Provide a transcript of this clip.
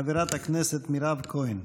חברת הכנסת מירב כהן.